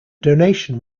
donation